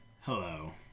Hello